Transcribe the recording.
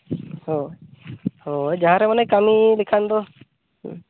ᱦᱚᱸ ᱦᱳᱭ ᱡᱟᱦᱟᱸ ᱨᱮ ᱢᱟᱱᱮ ᱠᱟᱹᱢᱤ ᱞᱮᱠᱷᱟᱱ ᱫᱚ